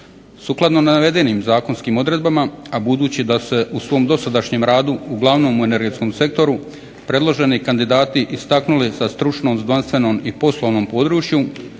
Sukladno navedenim zakonskim odredbama, a budući da su se u svom dosadašnjem radu uglavnom u energetskom sektoru predloženi kandidati istaknuli na stručnom, znanstvenom i poslovnom području